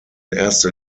erster